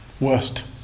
worst